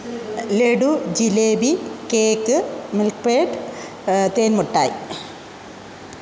laddu jalebi cake milk peda തേൻ മുട്ടായി